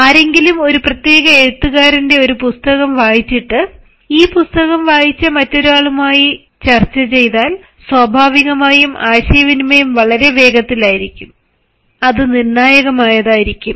ആരെങ്കിലും ഒരു പ്രത്യേക എഴുത്തുകാരന്റെ ഒരു പുസ്തകം വായിച്ചിട്ടു ഈ പുസ്തകം വായിച്ച മറ്റൊരാളുമായി ചർച്ച ചെയ്താൽ സ്വാഭാവികമായും ആശയവിനിമയം വളരെ വേഗത്തിലായിരിക്കും അത് നിർണായകമായാതായിരിക്കും